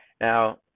Now